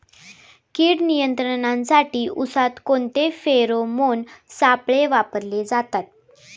कीड नियंत्रणासाठी उसात कोणते फेरोमोन सापळे वापरले जातात?